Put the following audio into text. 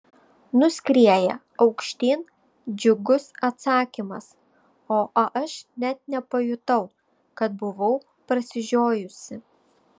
nuskrieja aukštyn džiugus atsakymas o aš net nepajutau kad buvau prasižiojusi